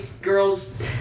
girls